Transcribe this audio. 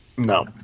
No